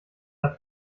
der